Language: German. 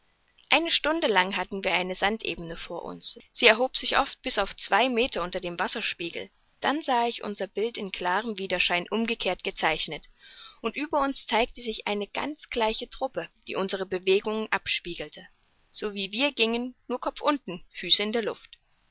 eine stunde lang hatten wir eine sandebene vor uns sie erhob sich oft bis auf zwei meter unter dem wasserspiegel dann sah ich unser bild in klarem wiederschein umgekehrt gezeichnet und über uns zeigte sich eine ganz gleiche truppe die unsere bewegungen abspiegelte so wie wir gingen nur kopf unten füße in der luft